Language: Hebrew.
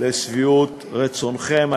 לשביעות רצונכם,